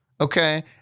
Okay